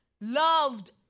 loved